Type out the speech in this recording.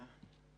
בואו נזדרז.